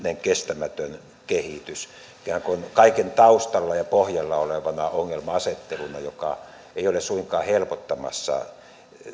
kestämätön kehitys ikään kuin kaiken taustalla ja pohjalla olevana ongelma asetteluna joka ei ole suinkaan helpottamassa